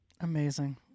Amazing